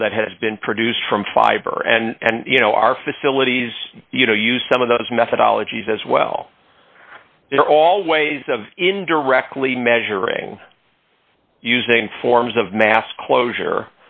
ol that has been produced from fiber and you know our facilities you know use some of those methodologies as well they're all ways of indirectly measuring using forms of mass closure